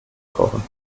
kochen